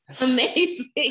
Amazing